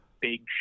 big